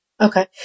Okay